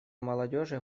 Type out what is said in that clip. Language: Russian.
молодежи